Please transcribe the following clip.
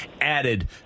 added